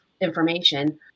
information